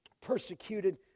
persecuted